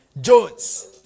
Jones